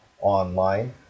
online